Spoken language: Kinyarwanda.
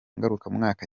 ngarukamwaka